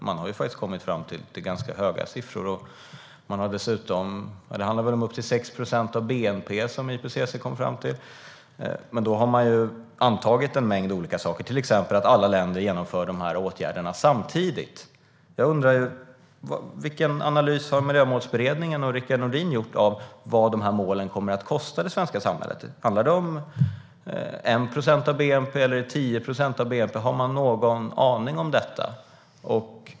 Man har kommit fram till ganska höga siffror. Det handlar väl om upp till 6 procent av bnp. Men då har man antagit en mängd olika saker, till exempel att alla länder vidtar de här åtgärderna samtidigt. Jag undrar: Vilken analys har Miljömålsberedningen och Rickard Nordin gjort av vad de här målen kommer att kosta det svenska samhället? Handlar det om 1 procent av bnp, eller är det 10 procent av bnp? Har man någon aning om detta?